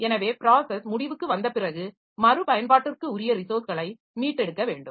எனவே ப்ராஸஸ் முடிவுக்கு வந்த பிறகு மறுபயன்பாட்டுக்குரிய ரிசோர்ஸ்களை மீட்டெடுக்க வேண்டும்